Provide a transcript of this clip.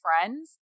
friends